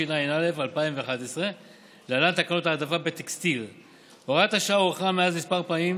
התשע"א 2011. הוראת השעה הוארכה מאז כמה פעמים,